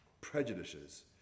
prejudices